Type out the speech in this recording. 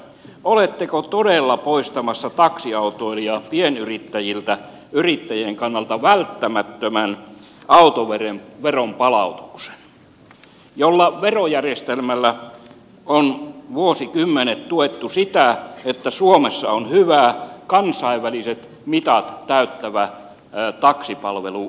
oletteko todella poistamassa taksiautoilija pienyrittäjiltä yrittäjien kannalta välttämättömän autoveron palautuksen jolla verojärjestelmällä on vuosikymmenet tuettu sitä että suomessa on hyvä kansainväliset mitat täyttävä taksipalveluverkosto